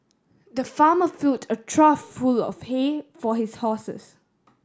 the farmer filled a trough full of hay for his horses